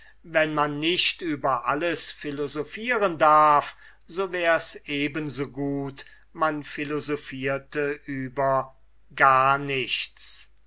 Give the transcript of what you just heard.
wenn man nicht über alles philosophieren darf so wär's eben so gut man philosophierte über gar nichts